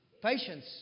Patience